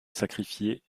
sacrifié